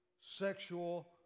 sexual